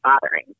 bothering